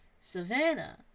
Savannah